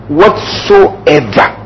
whatsoever